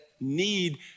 need